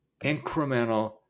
incremental